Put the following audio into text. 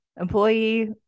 employee